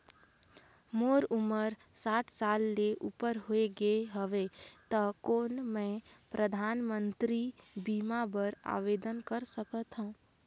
मोर उमर साठ साल ले उपर हो गे हवय त कौन मैं परधानमंतरी बीमा बर आवेदन कर सकथव?